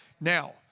Now